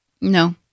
No